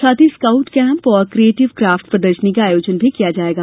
साथ ही scout camp और क्रिएटिव क्राफ्ट प्रदर्शनी का आयोजन भी किया जायेगा